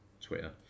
twitter